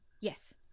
Yes